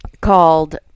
called